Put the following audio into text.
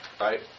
Right